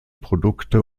produkte